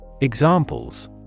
Examples